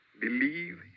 Believe